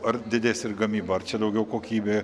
ar didės ir gamyba ar čia daugiau kokybė